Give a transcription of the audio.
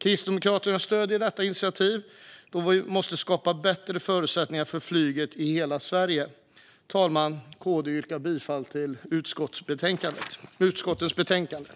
Kristdemokraterna stöder detta initiativ då vi måste skapa bättre förutsättningar för flyget i hela Sverige. Fru talman! KD yrkar bifall till utskottets förslag i betänkandet.